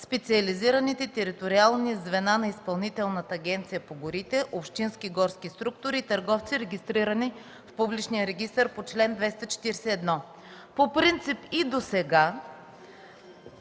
специализираните териториални звена на Изпълнителната агенция по горите, общински горски структури и търговци, регистрирани в публичния регистър по чл. 241. По принцип и досега